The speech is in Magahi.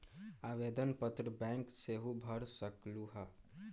आवेदन पत्र बैंक सेहु भर सकलु ह?